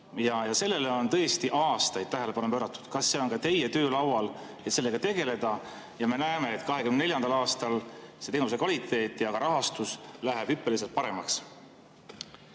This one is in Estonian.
Sellele on tõesti aastaid tähelepanu pööratud. Kas see on ka teie töölaual, et sellega tegeleda, ja me näeme, et 2024. aastal selle teenuse kvaliteet ja rahastus läheb hüppeliselt paremaks?